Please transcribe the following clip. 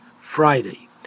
Friday